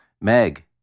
Meg